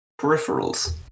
Peripherals